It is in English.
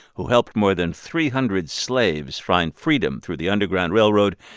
who helped more than three hundred slaves find freedom through the underground railroad,